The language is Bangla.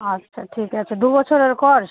আচ্ছা ঠিক আছে দু বছরের কোর্স